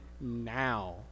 now